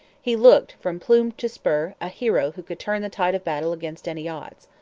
he looked, from plume to spur, a hero who could turn the tide of battle against any odds.